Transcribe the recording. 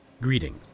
Greetings